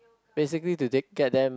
basically to day care them